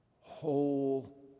whole